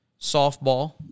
softball